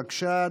בבקשה,